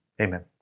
amen